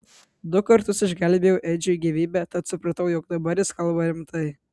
du kartus išgelbėjau edžiui gyvybę tad supratau jog dabar jis kalba rimtai